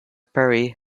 perry